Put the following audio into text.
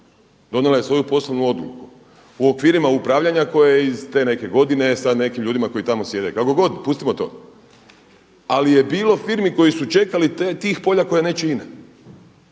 Donijela je svoju poslovnu odluku u okvirima upravljanja koja je iz te neke godine sa nekim ljudima koji tamo sjede, kako god, pustimo to. Ali je bilo firmi koje su čekale ta polja koja neće